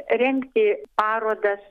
rengti parodas